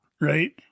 Right